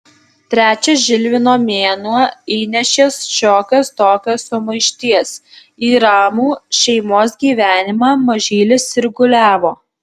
trečias žilvino mėnuo įnešė šiokios tokios sumaišties į ramų šeimos gyvenimą mažylis sirguliavo